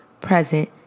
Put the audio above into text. present